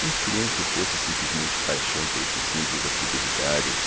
uns queriam que fosse simplesmente paixão por esse símbolo da fidelidade ou do